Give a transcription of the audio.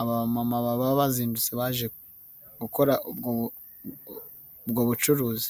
Aba bamama baba bazindutse baje gukora ubwo bucuruzi.